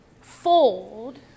fold